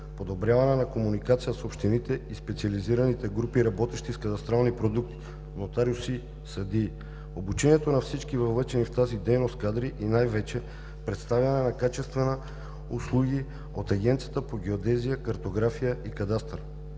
подобряване на комуникацията с общините и специализираните групи, работещи с кадастралните продукти – нотариуси, съдии, обучението на всички въвлечени в тази дейност кадри и най-вече представяне на качествени услуги от Агенция по геодезия, картография и кадастър.